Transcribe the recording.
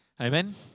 Amen